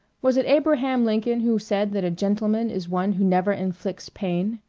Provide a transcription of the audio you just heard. was it abraham lincoln who said that a gentleman is one who never inflicts pain?